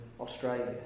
Australia